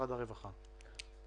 ארוך,